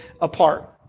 apart